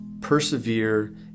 Persevere